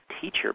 teacher